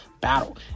battle